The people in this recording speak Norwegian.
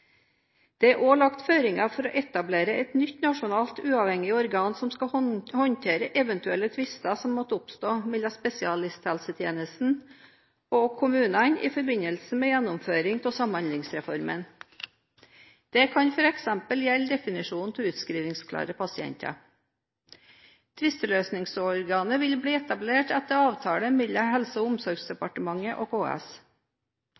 Det er også lagt føringer for å etablere et nytt nasjonalt uavhengig organ som skal håndtere eventuelle tvister som måtte oppstå mellom spesialisthelsetjenesten og kommunene i forbindelse med gjennomføring av Samhandlingsreformen. Det kan f.eks. gjelde definisjonen av utskrivningsklare pasienter. Tvisteløsningsorganet vil bli etablert etter avtale mellom Helse- og